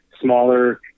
smaller